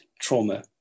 trauma